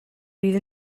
fydd